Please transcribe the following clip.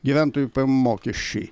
gyventojų pajamų mokesčiai